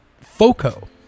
foco